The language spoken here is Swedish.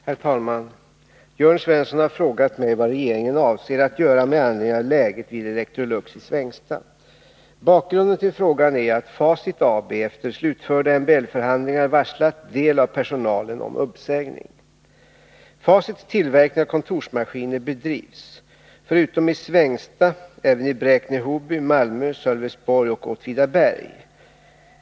Herr talman! Jörn Svensson har frågat mig vad regeringen avser att göra med anledning av läget vid Electrolux i Svängsta. Bakgrunden till frågan är att Facit AB efter slutförda MBL-förhandlingar varslat del av personalen om uppsägning. Facits tillverkning av kontorsmaskiner bedrivs, förutom i Svängsta, även i Bräkne-Hoby, Malmö, Sölvesborg och Åtvidaberg.